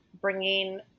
bringing